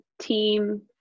team